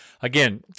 Again